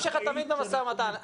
הנציגים שלך תמיד במשא ומתן.